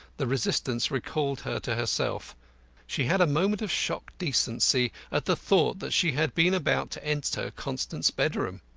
the resistance recalled her to herself she had a moment of shocked decency at the thought that she had been about to enter constant's bedroom.